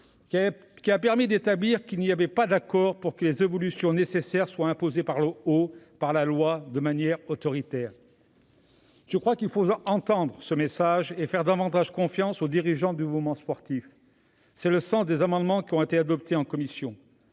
qui a permis d'établir qu'il n'y avait pas d'accord pour que les évolutions nécessaires soient imposées par le haut, c'est-à-dire par la loi, de manière autoritaire. Je crois qu'il faut entendre ce message et faire davantage confiance aux dirigeants du mouvement sportif. C'est le sens des amendements qui ont été adoptés en commission.